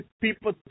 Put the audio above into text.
people